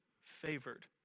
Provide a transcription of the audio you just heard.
favored